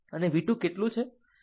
અને v 2 કેટલું બરાબર છે